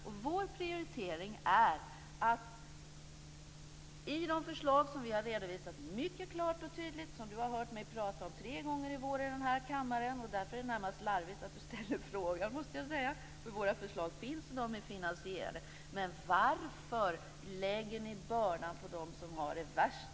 Vi har redovisat våra förslag mycket klart och tydligt. Du har hört mig prata om dem tre gånger i vår här i kammaren, Lars Bäckström. Därför är det närmast larvigt att du ställer frågan. Våra förslag finns, och de är finansierade. Varför lägger ni bördan på dem som har det värst?